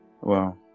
Wow